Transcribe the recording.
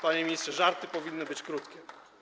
Panie ministrze, żarty powinny być krótkie.